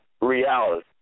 reality